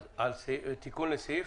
על תיקון לסעיף?